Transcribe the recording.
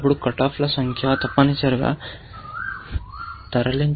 అప్పుడు కట్ ఆఫ్ల సంఖ్య తప్పనిసరిగా తరలించబడిందని మీరు గమనించవచ్చు